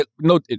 no